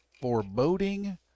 foreboding